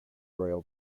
royal